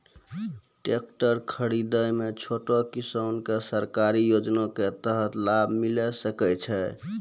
Tractor खरीदै मे छोटो किसान के सरकारी योजना के तहत लाभ मिलै सकै छै?